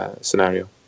scenario